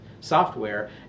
software